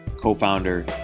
co-founder